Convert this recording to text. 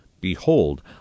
Behold